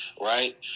Right